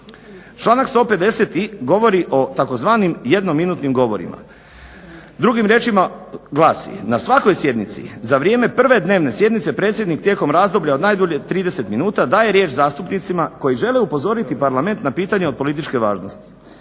Članak 150. govori o tzv. jedno minutnim govorima. Drugim riječima glasi: „Na svakoj sjednici za vrijeme prve dnevne sjednice predsjednik tijekom razdoblja od najdulje 30 minuta daje riječ zastupnicima koji žele upozoriti Parlament na pitanje od političke važnosti.